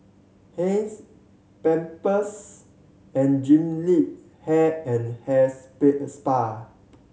Heinz Pampers and Jean Yip Hair and Hair Spa